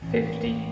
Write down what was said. Fifty